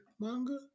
manga